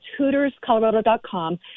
HootersColorado.com